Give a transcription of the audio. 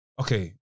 okay